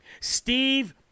Steve